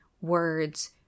words